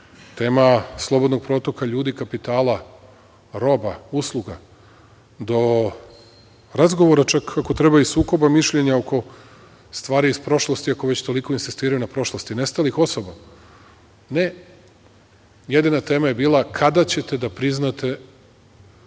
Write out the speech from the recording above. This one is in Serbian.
tema slobodnog protoka ljudi kapitala roba, usluga, do razgovora čak ako treba i sukoba mišljenja oko stvari iz prošlosti, ako toliko već insistiraju na prošlosti, nestalih osoba. Ne, jedina tema je bila – kada ćete da priznate